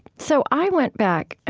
so i went back,